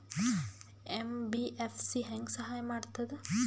MBFC ಹೆಂಗ್ ಸಹಾಯ ಮಾಡ್ತದ?